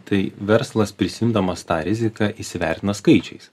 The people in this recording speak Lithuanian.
tai verslas prisiimdamas tą riziką įsivertina skaičiais